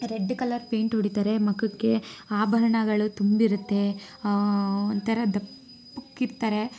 red colour paint ಹೊಡಿತಾರೆ ಮುಖಕ್ಕೆ ಆಭರಣಗಳು ತುಂಬಿರತ್ತೆ ಒಂಥರ ದಪ್ಪಕ್ಕಿರ್ತಾರೆ